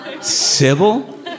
Sybil